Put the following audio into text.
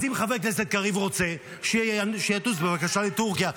אז אם חבר הכנסת קריב רוצה, שיטוס בבקשה לטורקיה.